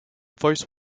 vote